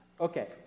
Okay